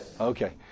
Okay